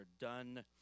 done